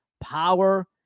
power